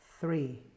three